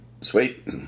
sweet